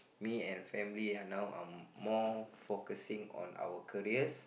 me and family are now uh more focusing on our careers